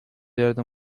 yerde